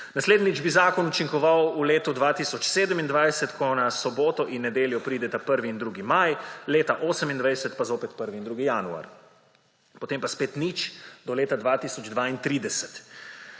Naslednjič bi zakon učinkoval v letu 2027, ko na soboto in nedeljo prideta 1. in 2. maj, leta 2028 pa zopet 1. in 2. januar, potem pa spet nič do leta 2032.